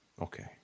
Okay